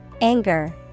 Anger